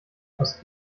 aus